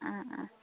অঁ অঁ